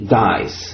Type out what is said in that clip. dies